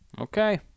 Okay